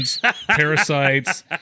parasites